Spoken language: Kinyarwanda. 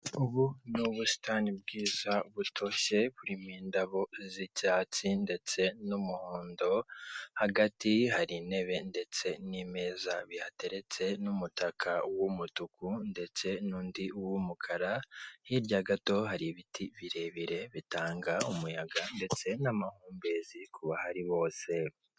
Ubu n'ubusitani bwiza butoshye, burimo indabo z'icyatsi ndetse n'umuhondo; hagati hari intebe ndetse n'imeza bihatertse, n'umutaka w'umutuku ndetse n'undi w'umukara. Hirya gato hari ibiti birebire bitanga umuyaga ndetse n'amahumbezi ku bahari bose.